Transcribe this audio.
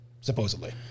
Supposedly